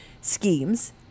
schemes